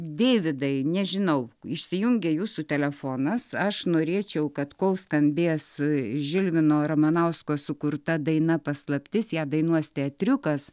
deividai nežinau išsijungė jūsų telefonas aš norėčiau kad kol skambės žilvino ramanausko sukurta daina paslaptis ją dainuos teatriukas